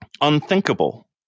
unthinkable